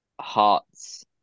hearts